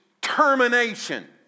termination